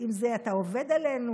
אם אתה עובד עלינו,